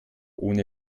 ohne